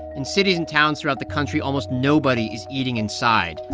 in cities and towns throughout the country, almost nobody is eating inside.